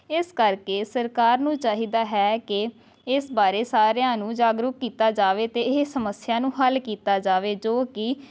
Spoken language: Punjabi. ਇਸ ਕਰਕੇ ਸਰਕਾਰ ਨੂੰ ਚਾਹੀਦਾ ਹੈ ਕਿ ਇਸ ਬਾਰੇ ਸਾਰਿਆ ਨੂੰ ਜਾਗਰੂਕ ਕੀਤਾ ਜਾਵੇ ਅਤੇ ਇਹ ਸਮੱਸਿਆ ਨੂੰ ਹੱਲ ਕੀਤਾ ਜਾਵੇ ਜੋ ਕਿ